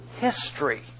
history